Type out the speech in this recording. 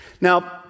Now